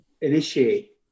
initiate